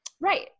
Right